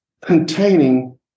containing